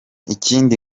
ikindi